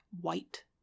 white